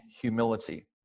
humility